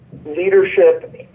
leadership